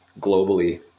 globally